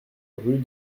rue